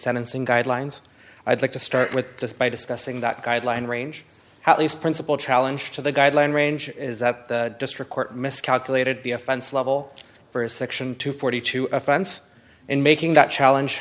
sentencing guidelines i'd like to start with this by discussing that guideline range at least principal challenge to the guideline range is that the district court miscalculated the offense level for a section two forty two offense in making that challenge